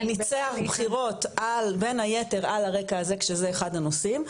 ניצח בבחירות בין היתר על הרקע הזה כשזה אחד הנושאים,